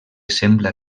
sembla